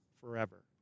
forever